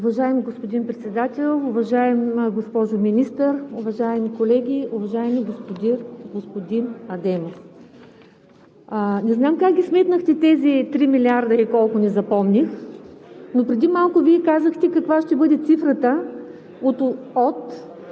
Уважаеми господин Председател, уважаема госпожо Министър, уважаеми колеги! Уважаеми господин Адемов, не знам как ги сметнахте тези три милиарда или колко, не запомних, но преди малко Вие казахте каква ще бъде цифрата от